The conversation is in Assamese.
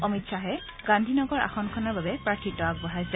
অমিত শ্বাহে গান্ধী নগৰ আসনখনৰ বাবে প্ৰাৰ্থিত্ব আগবঢ়াইছে